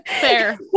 Fair